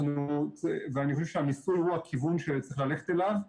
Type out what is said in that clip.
ואני חושב שבמיסוי הוא הכיוון שצריך ללכת אליו.